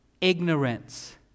ignorance